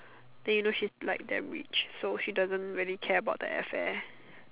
then you know she like damn rich so she doesn't really care about the air fare